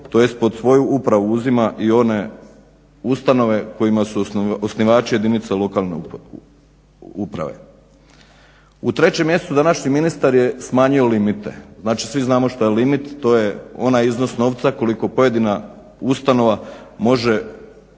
tj. po svoju upravu uzima i one ustanove kojima su osnivači jedinice lokalne uprave. U 3.mjesecu današnji ministar je smanjio limite. Znači svi znamo što je limit, to je onaj iznos novca koliko pojedina ustanova može potrošiti